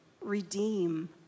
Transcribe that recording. redeem